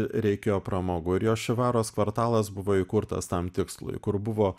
reikėjo pramogų ir jošivaros kvartalas buvo įkurtas tam tikslui kur buvo